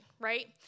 right